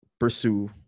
pursue